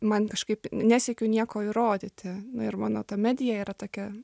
man kažkaip nesiekiu nieko įrodyti na ir mano ta medija yra tokia